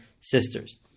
sisters